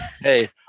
hey